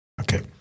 Okay